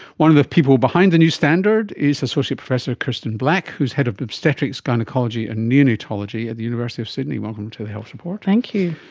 one of the people behind the new standard is associate professor kirsten black who is head of obstetrics, gynaecology and neonatology at the university of sydney. welcome to the health report. thank you.